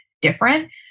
different